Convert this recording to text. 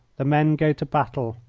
the men go to battle.